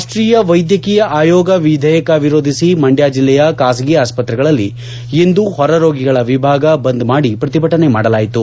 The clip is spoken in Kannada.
ರಾಷ್ಟೀಯ ವೈದ್ಯಕೀಯ ಆಯೋಗ ವಿಧೇಯಕ ವಿರೋಧಿಸಿ ಮಂಡ್ಯ ಜಿಲ್ಲೆಯ ಖಾಸಗಿ ಆಸ್ಪತ್ರೆಗಳಲ್ಲಿ ಇಂದು ಹೊರ ರೋಗಿಗಳ ವಿಭಾಗ ಬಂದ್ ಮಾಡಿ ಪ್ರತಿಭಟನೆ ಮಾಡಲಾಯಿತು